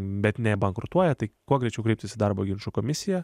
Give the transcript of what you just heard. bet nebankrutuoja tai kuo greičiau kreiptis į darbo ginčų komisiją